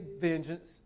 vengeance